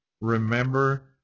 remember